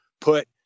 put